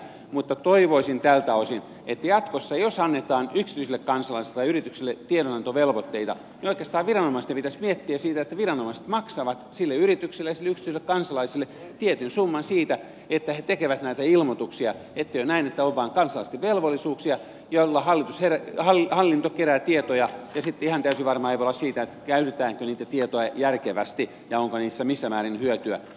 mutta toivoisin tältä osin että jatkossa jos annetaan yksityisille kansalaisille tai yrityksille tiedonantovelvoitteita oikeastaan viranomaisten pitäisi miettiä sitä että viranomaiset maksavat sille yritykselle ja sille yksityiselle kansalaiselle tietyn summan siitä että he tekevät näitä ilmoituksia ettei ole näin että on vain kansalaisten velvollisuuksia joilla hallinto kerää tietoja ja sitten ihan täysin varma ei voi olla siitä käytetäänkö niitä tietoja järkevästi ja onko niistä missä määrin hyötyä